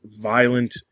violent